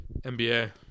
NBA